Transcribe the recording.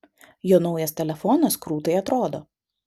jo naujas telefonas krūtai atrodo